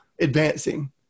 advancing